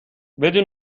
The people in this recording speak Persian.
بدون